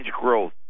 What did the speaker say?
growth